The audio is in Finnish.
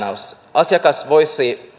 asiakas voisi